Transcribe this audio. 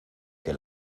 que